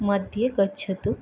मध्ये गच्छतु